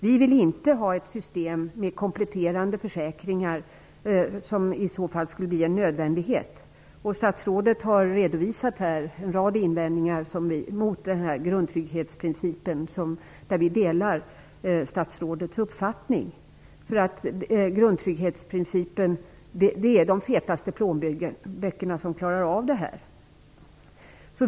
Vi vill inte ha ett system med kompletterande försäkringar, som skulle bli en nödvändighet med grundtrygghetsprincipen. Statsrådet har här redovisat en rad invändningar mot den principen. Vi delar statsrådets uppfattning, eftersom det är de som har de fetaste plånböckerna som klarar av det här.